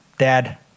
dad